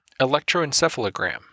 electroencephalogram